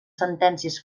sentències